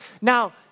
Now